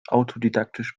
autodidaktisch